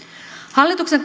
hallituksen